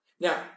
Now